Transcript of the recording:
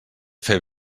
fer